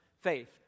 faith